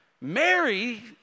Mary